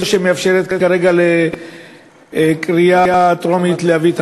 שהיא שמאפשרת כרגע להביא את החוק הזה לקריאה טרומית.